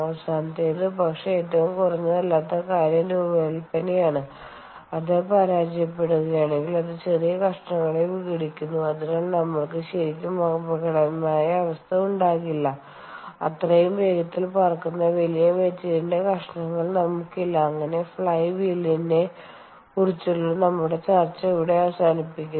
അവസാനത്തേത് പക്ഷേ ഏറ്റവും കുറഞ്ഞതല്ലാത്ത കാര്യം രൂപകൽപ്പനയാണ് അത് പരാജയപ്പെടുകയാണെങ്കിൽ അത് ചെറിയ കഷണങ്ങളായി വിഘടിക്കുന്നു അതിനാൽ നമ്മൾക്ക് ശരിക്കും അപകടകരമായ അവസ്ഥ ഉണ്ടാകില്ല അത്രയും വേഗത്തിൽ പറക്കുന്ന വലിയ മെറ്റീരിയലിന്റെ കഷണങ്ങൾ നമുക്കില്ല അങ്ങനെ ഫ്ലൈ വീലിനെ കുറിച്ചുള്ള നമ്മളുടെ ചർച്ച ഇവിടെ അവസാനിപ്പിക്കുന്നു